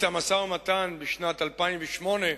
בעת המשא-ומתן בשנת 2008,